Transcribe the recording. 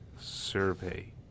survey